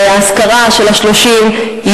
האזכרה של השלושים,